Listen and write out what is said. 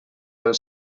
del